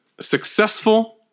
successful